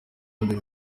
imbere